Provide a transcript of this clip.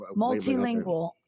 Multilingual